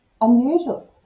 unusual